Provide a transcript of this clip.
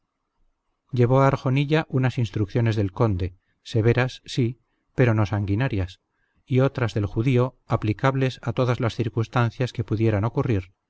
llevó a arjonilla unas instrucciones del conde severas sí pero no sanguinarias y otras del judío aplicables a todas las circunstancias que pudieran ocurrir